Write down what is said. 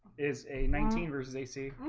is a nineteen versus ac